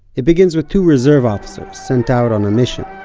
it begins with two reserve officers sent out on a mission.